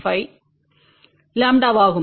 5ʎ ஆகும்